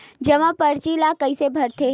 जमा परची ल कइसे भरथे?